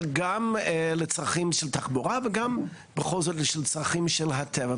גם לצרכי התחבורה וגם בכל זאת לצרכים של הטבע,